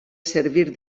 servir